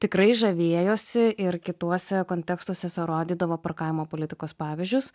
tikrai žavėjosi ir kituose kontekstuose rodydavo parkavimo politikos pavyzdžius